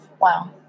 wow